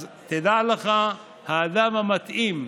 אז תדע לך, האדם המתאים,